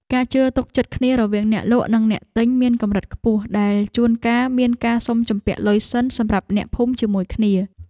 ការជឿទុកចិត្តគ្នារវាងអ្នកលក់និងអ្នកទិញមានកម្រិតខ្ពស់ដែលជួនកាលមានការសុំជំពាក់លុយសិនសម្រាប់អ្នកភូមិជាមួយគ្នា។